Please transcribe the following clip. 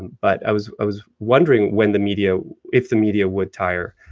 but i was i was wondering when the media if the media would tire.